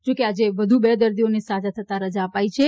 જોકે આજે વધુ બે દર્દીને સાજા થતાં રજા અપાઈ છે